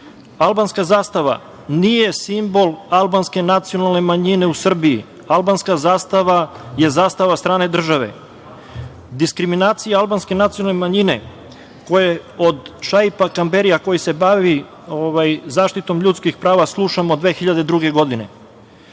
zastava nije simbol albanske nacionalne manjine u Srbiji. Albanska zastava je zastava strane države. Diskriminacija albanske nacionalne manjine od Šaipa Kamberija, koji se bavi zaštite ljudskih prava, slušamo od 2002. godine.